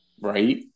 Right